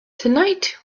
tonight